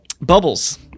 Bubbles